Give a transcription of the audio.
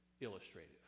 illustrative